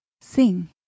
Sing